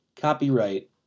copyright